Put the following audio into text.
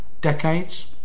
decades